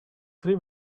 three